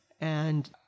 And-